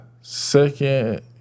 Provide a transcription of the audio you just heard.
second